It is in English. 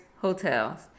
hotels